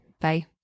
Bye